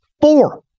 Four